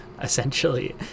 essentially